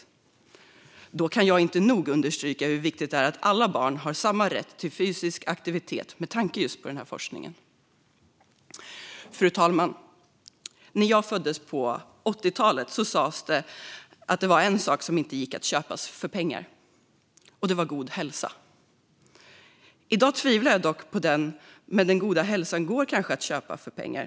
Med tanke på den forskningen kan jag inte nog understryka hur viktigt det är att alla barn har samma rätt till fysisk aktivitet. Fru talman! På 80-talet då jag föddes sas det att det finns en sak som inte går att köpa för pengar, och det är god hälsa. I dag tvivlar jag dock på det. Den goda hälsan går kanske att köpa för pengar?